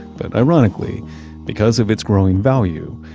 but ironically because of its growing value,